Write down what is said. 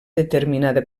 determinada